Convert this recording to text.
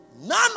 None